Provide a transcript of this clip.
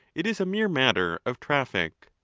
it is a mere matter of traffic.